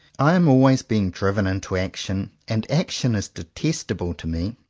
i am always being driven into action, and action is detestable to me.